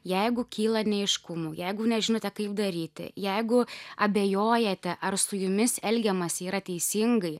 jeigu kyla neaiškumų jeigu nežinote kaip daryti jeigu abejojate ar su jumis elgiamasi yra teisingai